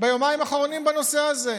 ביומיים האחרונים בנושא הזה.